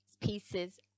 pieces